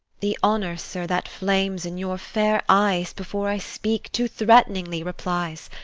the honour, sir, that flames in your fair eyes, before i speak, too threat'ningly replies.